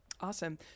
Awesome